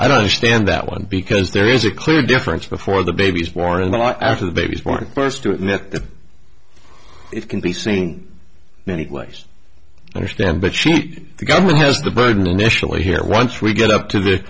i don't understand that one because there is a clear difference before the baby is born well after the baby is born first to admit that it can be seen many ways understand but cheat the government has the burden initially here once we get up to the